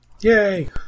Yay